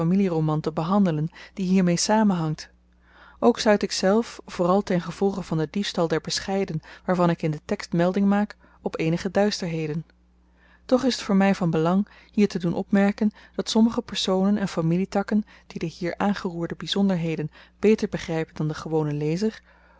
familieroman te behandelen die hiermee samenhangt ook stuit ikzelf vooral ten gevolge van den diefstal der bescheiden waarvan ik in den tekst melding maak op eenige duisterheden toch is t voor my van belang hier te doen opmerken dat sommige personen en familietakken die de hier aangeroerde byzonderheden beter begrypen dan de gewone lezer